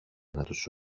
τους